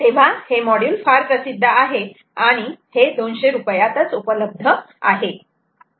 तेव्हा हे फार प्रसिद्ध आहे आणि हे 200 रुपयांत उपलब्ध आहे